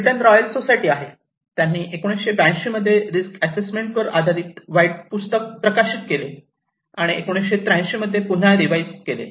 Britain Royal Society आहे त्यांनी 1982 मध्ये रिस्क असेसमेंट वर आधारित व्हाइट पुस्तक प्रकाशित केले आणि 1983 मध्ये ते पुन्हा रिवाईज केले